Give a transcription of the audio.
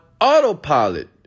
autopilot